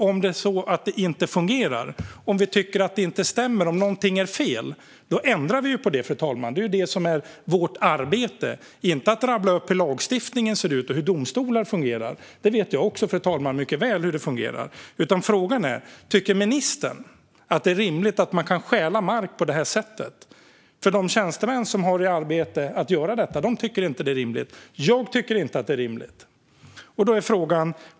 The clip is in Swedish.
Om något inte fungerar, om vi tycker att något inte stämmer och om någonting är fel är det vårt arbete att ändra på det. Vårt arbete är inte att rabbla upp hur lagstiftningen ser ut och hur domstolar fungerar. Jag vet mycket väl hur det fungerar. Frågan är: Tycker ministern att det är rimligt att man kan stjäla mark på det här sättet? De tjänstemän som har i uppgift att göra det tycker nämligen inte att det är rimligt. Jag tycker inte att det är rimligt.